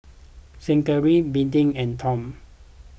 Zackery Beadie and Tom